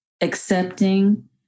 accepting